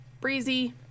breezy